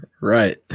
Right